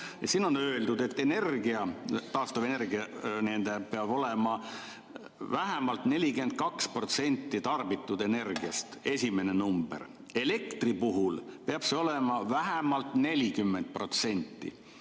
Siin on öeldud, et taastuvenergia peab olema vähemalt 42% tarbitud energiast. See on esimene number. Elektri puhul peab see olema vähemalt 40%,